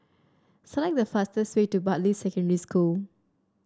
select the fastest way to Bartley Secondary School